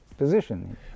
position